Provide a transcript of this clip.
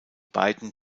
beiden